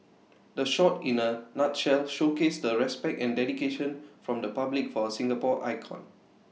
the shot in A nutshell showcased the respect and dedication from the public for A Singapore icon